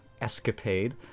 escapade